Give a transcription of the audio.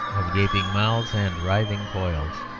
of gaping mouths and writhing coils.